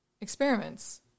experiments